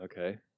okay